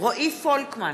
רועי פולקמן,